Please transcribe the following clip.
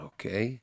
Okay